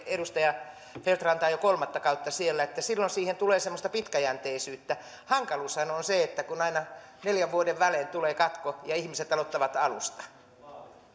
edustaja feldt ranta on ehkä jo kolmatta kautta siellä silloin siihen tulee semmoista pitkäjänteisyyttä hankaluushan on se että aina neljän vuoden välein tulee katko ja ihmiset aloittavat alusta